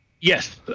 Yes